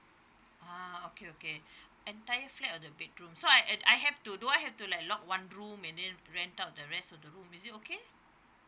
ah okay okay entire flat or the bedroom so I uh I have to do I have to like lock one room and then rent out the rest of the room is it okay